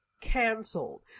canceled